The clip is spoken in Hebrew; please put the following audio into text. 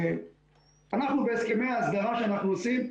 אנחנו בהסכמי ההסדרה שאנחנו עושים,